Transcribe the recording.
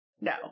no